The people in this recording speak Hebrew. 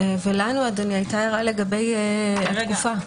לנו הייתה הערה לגבי התקופה.